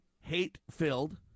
hate-filled